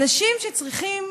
אנשים שצריכים,